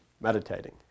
meditating